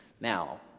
Now